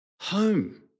home